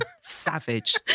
Savage